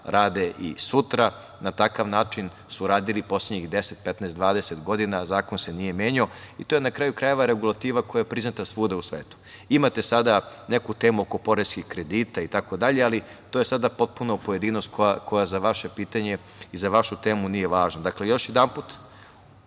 rade i sutra. Na takav način su radili poslednjih 10,15, 20 godina, a zakon se nije menjao. To je na kraju krajeva regulativa koja je priznata svuda u svetu. Imate sada neku temu oko poreskih kredita itd, ali to je sada potpuna pojedinost koja za vaše pitanje i za vašu temu nije važna. Još jedanput,